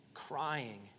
Crying